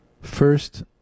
First